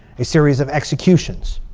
a series of executions.